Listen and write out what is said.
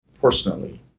personally